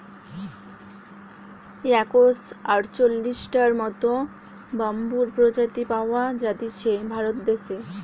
একশ আটচল্লিশটার মত বাম্বুর প্রজাতি পাওয়া জাতিছে ভারত দেশে